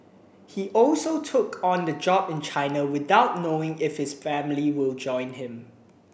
he also took on the job in China without knowing if his family will join him